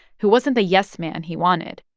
who wasn't the yes man he wanted.